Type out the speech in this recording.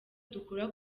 dukura